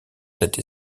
cette